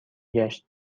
گشت